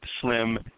slim